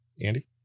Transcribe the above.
Andy